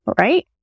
right